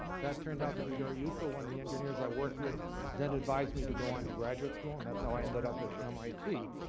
that turned out to be very useful. one of the engineers i worked with then advised me to go on to graduate school, and that's how i ended up at mit.